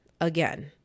Again